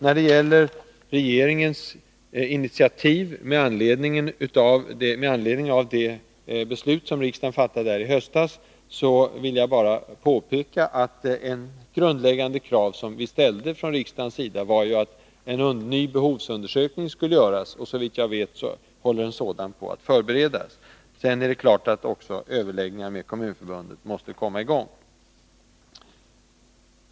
När det gäller regeringens initiativ med anledning av det beslut som riksdagen fattade i höstas vill jag påpeka att ett grundläggande krav från riksdagen var att en ny behovsundersökning skulle göras. Såvitt jag vet förbereds en sådan. Överläggningar med Kommunförbundet måste naturligtvis också komma i gång.